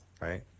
right